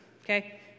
okay